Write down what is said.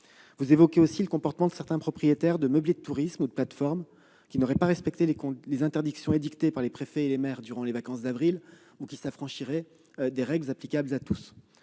le sénateur, le comportement de certains propriétaires de meublés de tourisme ou de plateformes, qui n'auraient pas respecté les interdictions édictées par les préfets et les maires durant les vacances d'avril ou qui s'affranchiraient des règles applicables à tous.